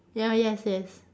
ya yes yes